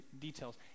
details